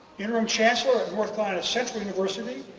interim chancellor at north ah and central university,